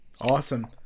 Awesome